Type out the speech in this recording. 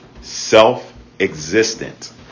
self-existent